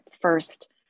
first